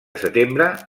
setembre